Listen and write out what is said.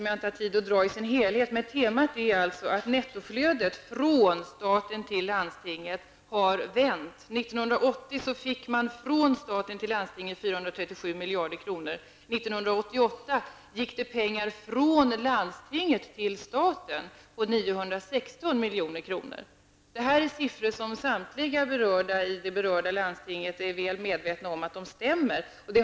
Jag har inte tid att nämna alla siffror. Nettoflödet från staten till landstinget har vänt. 1980 gick 437 miljarder kronor från staten till landstinget. 1988 gick 916 milj.kr. från landstinget till staten. Samtliga berörda i landstinget är väl medvetna om att de här siffrorna stämmer.